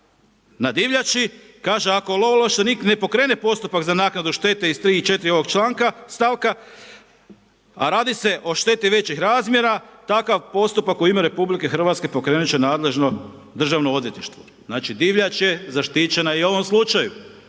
na divljači kaže ovlaštenik ne pokrene postupak za naknadu štete iz 3. i 4. ovog članka, stavka, a radi se o šteti većih razmjera, takav postupak u ime RH pokrenut će nadležno Državno odvjetništvo. Znači, divljač je zaštićena i u ovom slučaju.